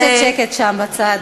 אני מבקשת שקט שם בצד.